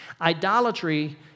idolatry